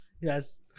yes